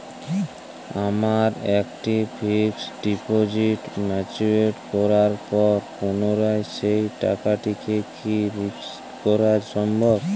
আমার একটি fixed deposit mature করার পর পুনরায় সেই টাকাটিকে কি ফিক্সড করা সম্ভব?